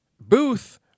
Booth